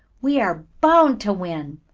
we are bound to win!